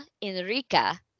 Enrica